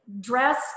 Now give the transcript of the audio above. dressed